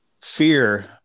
Fear